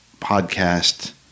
podcast